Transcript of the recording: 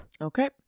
Okay